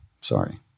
sorry